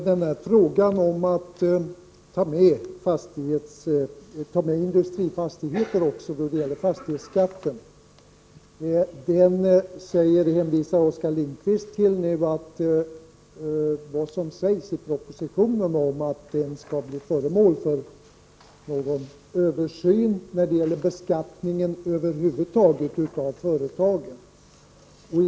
Herr talman! Först till frågan om att även industrifastigheter skall omfattas av fastighetsskatten. Oskar Lindkvist hänvisar till vad som sägs i propositionen om att frågan om beskattningen över huvud taget av företagen skall bli föremål för en översyn.